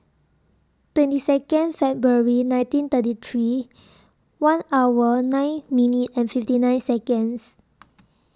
twenty Second February nineteen thirty three one hour nine minute and fifty nine Seconds